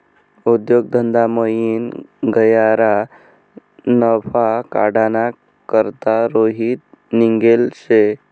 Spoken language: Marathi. उद्योग धंदामयीन गह्यरा नफा काढाना करता रोहित निंघेल शे